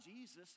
Jesus